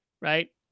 right